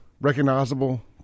recognizable